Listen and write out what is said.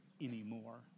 anymore